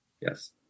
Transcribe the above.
Yes